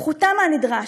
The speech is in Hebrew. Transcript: פחותה מהנדרש.